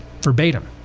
Verbatim